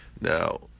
Now